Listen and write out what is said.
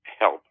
help